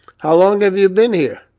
how long have you been here?